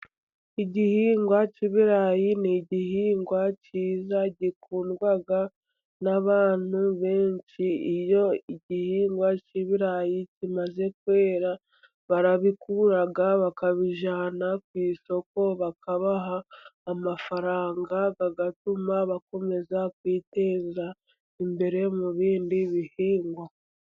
Igihingwa cy’ibirayi ni igihingwa cyiza gikundwa n’abantu benshi. Iyo igihingwa cy’ibirayi kimaze kwera, barabikura, bakabijyana ku isoko, bakabaha amafaranga, bagatuma bakomeza kwiteza imbere mu bindi bihingwa.